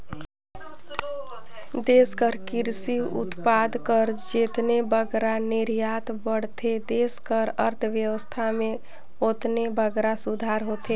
देस कर किरसी उत्पाद कर जेतने बगरा निरयात बढ़थे देस कर अर्थबेवस्था में ओतने बगरा सुधार होथे